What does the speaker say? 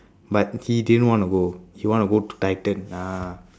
but he didn't want to go he want to go to titan ah